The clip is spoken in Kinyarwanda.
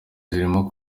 zirimo